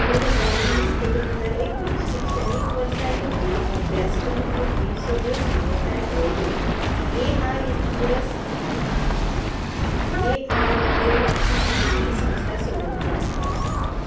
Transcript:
दोन हजार वीस ते दोन हजार एकवीस शिक्षणीक वर्सा यू जी अभ्यासक्रम दिवपी सगळ्यो मान्यताय मेळयल्यो A I S A A I S C T E संस्था सोदून काड